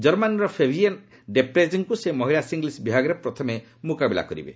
ଜର୍ମାନୀର ଫେବିୟେନେ ଡେପ୍ରେକ୍ଙ୍କୁ ସେ ମହିଳା ସିଙ୍ଗଲ୍ୱ ବିଭାଗରେ ପ୍ରଥମେ ମୁକାବିଲା କରିବେ